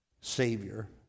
Savior